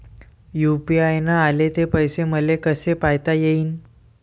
UPI न आले ते पैसे मले कसे पायता येईन?